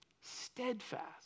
Steadfast